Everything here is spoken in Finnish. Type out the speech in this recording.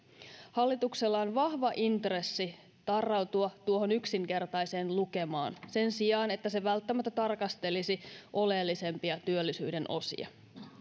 hallituksella on vahva intressi tarrautua tuohon yksinkertaiseen lukemaan sen sijaan että se välttämättä tarkastelisi oleellisempia työllisyyden osia